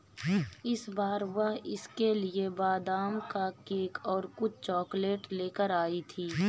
इस बार वह उसके लिए बादाम का केक और कुछ चॉकलेट लेकर आई थी